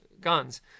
guns